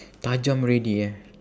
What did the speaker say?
tajam already eh